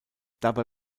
dabei